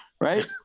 right